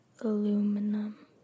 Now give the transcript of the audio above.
aluminum